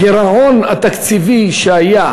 הגירעון התקציבי שהיה